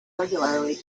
regularly